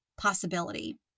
possibility